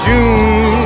June